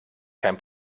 kein